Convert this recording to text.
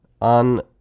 on